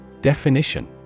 Definition